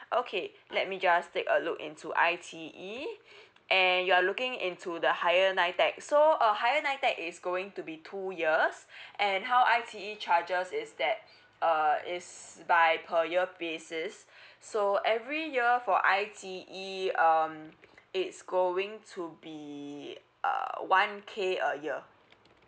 okay let me just take a look into I_T_E and you are looking into the higher nitec so uh higher nitec is going to be two years and how I_T_E charges is that uh is by per year basis so every year for I_T_E um it's going to be uh one K a year